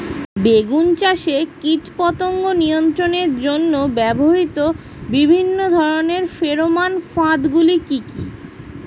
বেগুন চাষে কীটপতঙ্গ নিয়ন্ত্রণের জন্য ব্যবহৃত বিভিন্ন ধরনের ফেরোমান ফাঁদ গুলি কি কি?